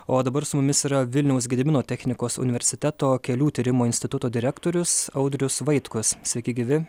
o dabar su mumis yra vilniaus gedimino technikos universiteto kelių tyrimų instituto direktorius audrius vaitkus sveiki gyvi